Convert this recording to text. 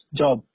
job